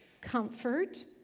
comfort